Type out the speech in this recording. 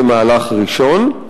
זה מהלך ראשון.